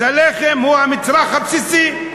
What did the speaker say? אז הלחם הוא המצרך הבסיסי.